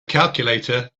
calculator